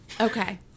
Okay